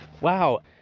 Wow